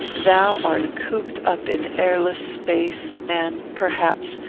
thou art cooped up in airless space, and, perhaps,